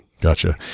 Gotcha